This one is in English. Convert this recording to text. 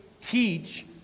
teach